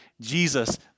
Jesus